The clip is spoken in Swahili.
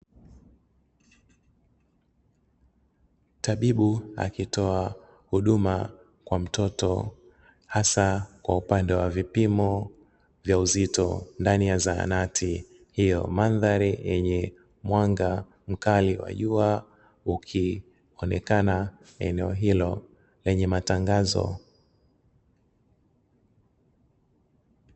Tabibu akitoa huduma kwa mtoto, hasa kwa upande wa vipimo vya uzito ndani ya zahanati hiyo. Mandhari yenye mwanga mkali wa jua ukionekana eneo hilo lenye matangazo.